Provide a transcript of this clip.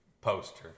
poster